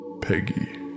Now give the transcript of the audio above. Peggy